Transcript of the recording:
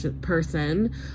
person